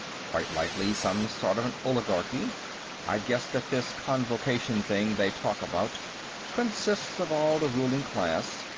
quite likely some sort of an oligarchy i'd guess that this convocation thing they talk about consists of all the ruling class,